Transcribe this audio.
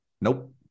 nope